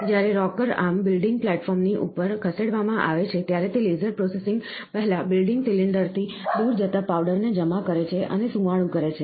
જ્યારે rocker arm building platform ની ઉપર ખસેડવામાં આવે છે ત્યારે તે લેસર પ્રોસેસિંગ પહેલા બિલ્ડિંગ સિલિન્ડરથી દૂર જતા પાવડરને જમા કરે છે અને સુવાળું કરે છે